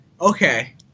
Okay